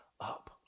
up